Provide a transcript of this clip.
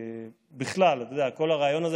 בכלל, כל הרעיון הזה